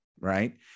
right